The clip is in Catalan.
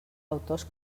autors